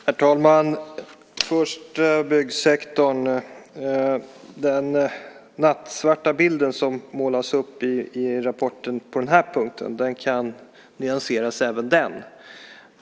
Herr talman! Jag tar först byggsektorn. Även den nattsvarta bild som målas upp i rapporten på den här punkten kan nyanseras.